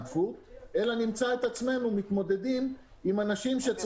אלא באישור מיוחד מאת המנהל הכללי של משרד הבריאות או